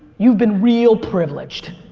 you've been real privileged.